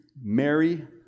Mary